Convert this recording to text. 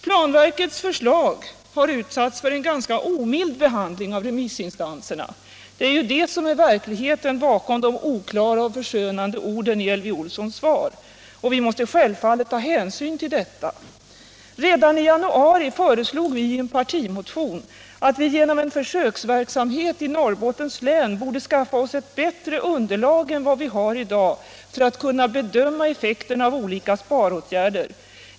Planverkets förslag har utsatts för en ganska omild behandling av remissinstanserna — det är verkligheten bekom de oklara och förskönande orden i Elvy Olssons svar — och vi måste självfallet ta hänsyn till detta. Redan i januari föreslog vi i en partimotion att vi genom en försöksverksamhet i Norrbottens län skulle skaffa oss ett bättre underlag än vi har i dag för att kunna bedöma effekten av olika sparåtgärder.